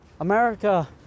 America